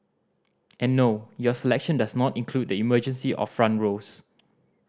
and no your selection does not include the emergency or front rows